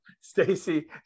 Stacey